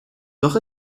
doch